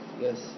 yes